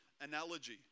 analogy